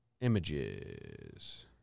Images